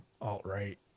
alt-right